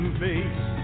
face